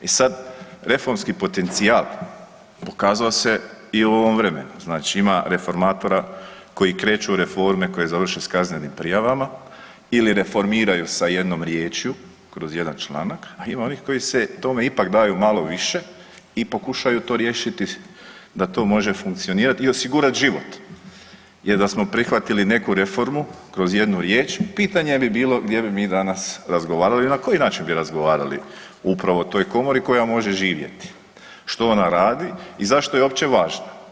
I sad, reformski potencijal, pokazao se i u ovom vremenu, znači ima reformatora koji kreću u reforme, koji završe s kaznenim prijavama ili reformiraju sa jednom riječju, kroz jedan članak, a ima onih koji se tome ipak daju malo više i pokušaju to riješiti s, da to može funkcionirati i osigurati život jer, da smo prihvatili neku reformu kroz jednu riječ, pitanje je bilo gdje bi mi danas razgovarali i na koji način bi razgovarali upravo o toj Komori koja može živjeti, što ona radi i zašto je uopće važna.